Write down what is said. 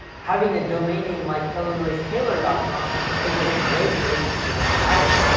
having a domain name like illinoistailor dot com is a great way to rank higher.